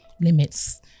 limits